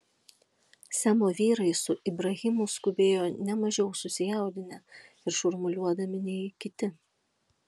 semo vyrai su ibrahimu skubėjo ne mažiau susijaudinę ir šurmuliuodami nei kiti